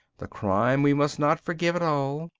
the crime we must not forgive at all.